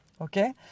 Okay